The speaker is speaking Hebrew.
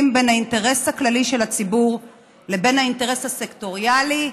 בין האינטרס הכללי של הציבור לבין האינטרס הסקטוריאלי,